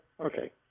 Okay